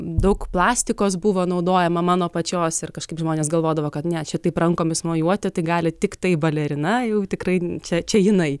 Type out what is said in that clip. daug plastikos buvo naudojama mano pačios ir kažkaip žmonės galvodavo kad ne čia taip rankomis mojuoti tai gali tiktai balerina jau tikrai čia čia jinai